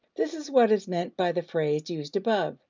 this is what is meant by the phrase, used above,